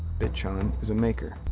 bitchan is a maker.